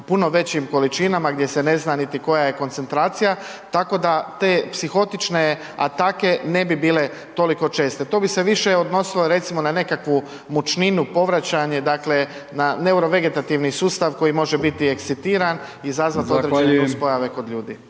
puno većim količinama, gdje se ne zna niti koja je koncentracija, tako da te psihotične atake ne bi bile toliko česte. To bi se više odnosilo, recimo, na nekakvu mučninu, povraćanje, dakle, na neurovegetativni sustav koji može biti ekscitiran i izazvat određene…/Upadica: